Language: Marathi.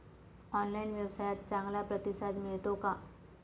ऑनलाइन व्यवसायात चांगला प्रतिसाद मिळतो का?